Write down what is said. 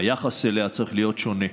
והיחס אליה צריך להיות שונה.